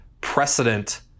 precedent